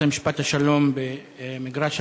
בית-משפט השלום במגרש-הרוסים,